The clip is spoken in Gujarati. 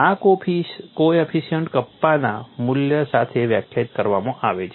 આ કોએફિશિયન્ટ્સ કપ્પાના મૂલ્ય સાથે વ્યાખ્યાયિત કરવામાં આવે છે